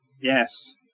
Yes